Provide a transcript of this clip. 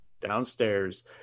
downstairs